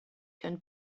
can